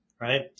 right